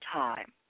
time